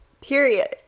period